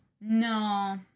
No